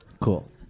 Cool